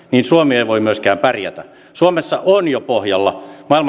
suomi ei voi myöskään pärjätä suomessa on jo pohjalla maailman